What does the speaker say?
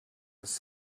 his